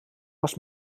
was